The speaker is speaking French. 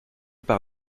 par